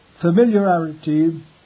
Familiarity